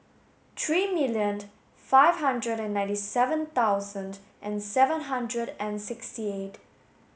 thirty million five hundred ninety seven thousand seven hundred and sixty eight